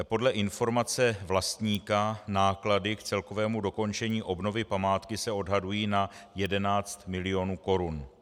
Podle informace vlastníka náklady k celkovému dokončení obnovy památky se odhadují na 11 mil. korun.